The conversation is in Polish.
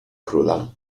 króla